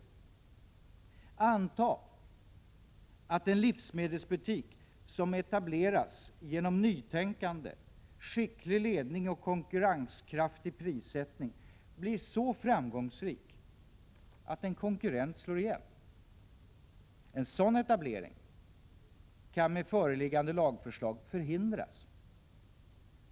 Antag att en livsmedelsbutik som etableras genom nytänkande, skicklig ledning och konkurrenskraftig prissättning blir så framgångsrik att en konkurrent slår igen. En sådan etablering kan med föreliggande lagförslag förhindras.